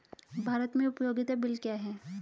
भारत में उपयोगिता बिल क्या हैं?